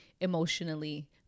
emotionally